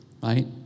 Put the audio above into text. right